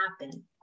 happen